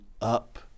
up